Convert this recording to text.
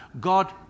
God